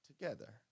together